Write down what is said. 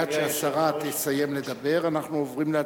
מייד כשהשרה תסיים לדבר אנחנו עוברים להצבעה.